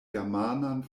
germanan